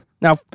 Now